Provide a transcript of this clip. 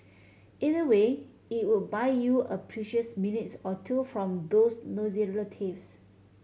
either way it will buy you a precious minutes or two from those nosy relatives